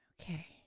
Okay